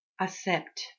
accept